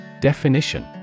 Definition